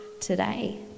today